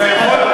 אתה יכול,